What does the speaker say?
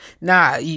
Nah